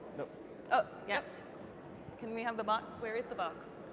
oh yeah, can we have the box? where is the box?